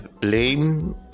blame